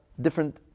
different